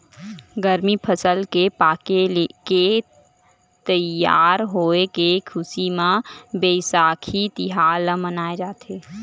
गरमी फसल के पाके के तइयार होए के खुसी म बइसाखी तिहार ल मनाए जाथे